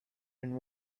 and